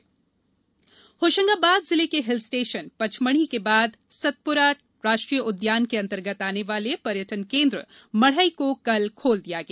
मढ़ई unlock Hoshangabad जिले के hill station Pachmarhi के बाद सतपुड़ा राष्ट्रीय उद्यान के अंतर्गत आने वाले पर्यटन केंद्र मढ़ई को ककल खोल दिया गया